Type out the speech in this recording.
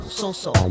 so-so